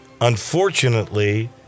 unfortunately